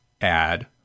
add